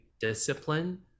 discipline